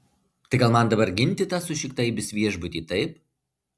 tai gal man dabar ginti tą sušiktą ibis viešbutį taip